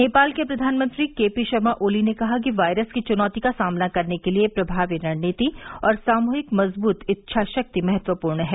नेपाल के प्रधानमंत्री K P Sharma Oli ने कहा कि वायरस की चुनौती का सामना करने के लिए प्रभावी रणनीति और सामूहिक मजबूत इच्छाशक्ति महत्वपूर्ण है